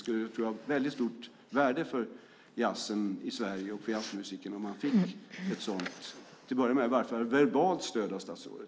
Jag tror att det skulle ha väldigt stort värde för jazzen i Sverige och för jazzmusiken om man fick ett sådant, till att börja med i alla fall verbalt, stöd av statsrådet.